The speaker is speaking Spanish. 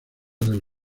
del